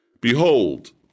Behold